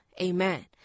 amen